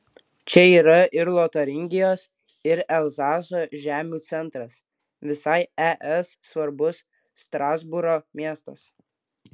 čia yra ir lotaringijos ir elzaso žemių centras visai es svarbus strasbūro miestas